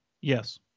yes